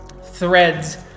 threads